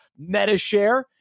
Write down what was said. Metashare